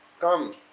Come